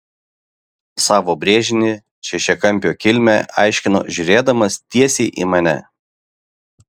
savo brėžinį šešiakampio kilmę aiškino žiūrėdamas tiesiai į mane